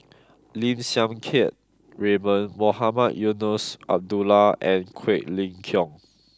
Lim Siang Keat Raymond Mohamed Eunos Abdullah and Quek Ling Kiong